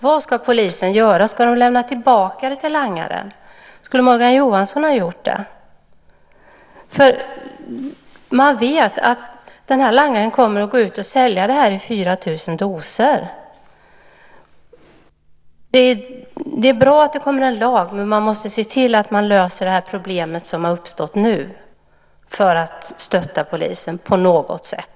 Vad ska polisen göra? Ska de lämna tillbaka det till langaren? Skulle Morgan Johansson ha gjort det? Man vet att den här langaren kommer att gå ut och sälja det i 4 000 doser. Det är bra att det kommer en lag, men man måste se till att man löser det problem som har uppstått nu för att stötta polisen på något sätt.